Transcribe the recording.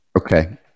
Okay